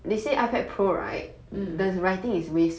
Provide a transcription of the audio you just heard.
true